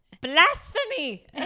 Blasphemy